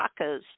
tacos